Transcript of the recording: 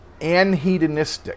Anhedonistic